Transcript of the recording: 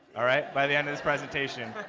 all right? by the end of this presentation.